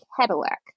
Cadillac